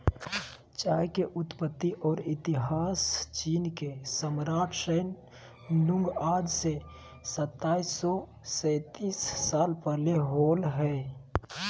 चाय के उत्पत्ति और इतिहासचीनके सम्राटशैन नुंगआज से सताइस सौ सेतीस साल पहले होलय हल